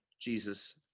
Jesus